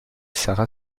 sara